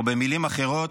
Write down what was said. ובמילים אחרות,